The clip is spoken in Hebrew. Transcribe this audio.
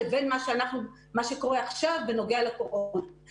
לבין מה שקורה עכשיו בנוגע לקורונה.